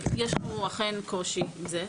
יש לנו אכן קושי עם זה.